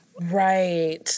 Right